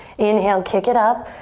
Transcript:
inhale, kick it up,